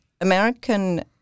American